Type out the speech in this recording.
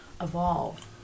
evolve